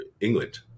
England